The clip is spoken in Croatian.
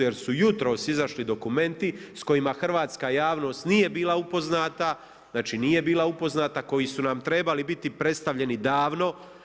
Jer su jutros izašli dokumenti s kojima hrvatska javnost nije bila upoznata, znači nije bila upoznata, koji su nam trebali biti predstavljeni davno.